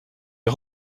est